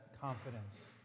confidence